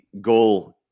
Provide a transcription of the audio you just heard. goal